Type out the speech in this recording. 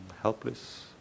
helpless